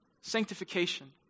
Sanctification